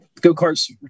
go-karts